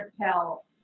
tell